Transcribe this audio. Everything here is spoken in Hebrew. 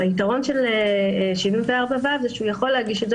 היתרון של 74ו הוא שהוא יכול להגיש את זה,